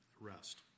rest